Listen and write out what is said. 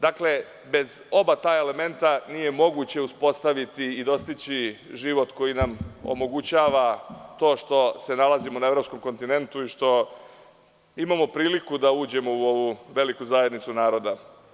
Dakle, bez oba ta elementa nije moguće uspostaviti i dostići život koji nam omogućava to što se nalazimo na evropskom kontinentu i što imamo priliku da uđemo u ovu veliku zajednicu naroda.